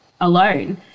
alone